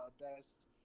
best